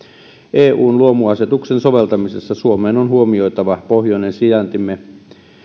eun luomuasetuksen soveltamisessa suomeen on huomioitava pohjoinen sijaintimme